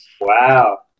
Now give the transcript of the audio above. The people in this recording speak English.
Wow